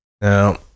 now